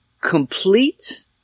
complete